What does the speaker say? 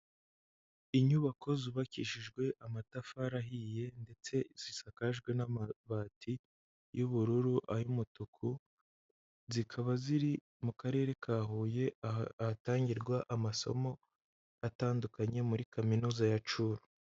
Inyubako zubakishijwe amatafari ahiye, ndetse zisakajwe n'amabati y'ubururu, ay'umutuku, zikaba ziri mu Karere ka Huye, ahatangirwa amasomo atandukanye muri Kaminuza ya CUR.